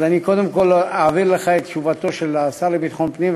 אז אני קודם כול אעביר לך את תשובתו של השר לביטחון פנים,